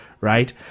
right